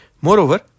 Moreover